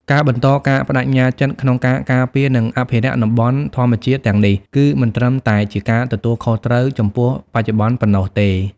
ការបន្តការប្តេជ្ញាចិត្តក្នុងការការពារ និងអភិរក្សតំបន់ធម្មជាតិទាំងនេះ គឺមិនត្រឹមតែជាការទទួលខុសត្រូវចំពោះបច្ចុប្បន្នប៉ុណ្ណោះទេ។